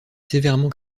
sévèrement